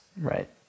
right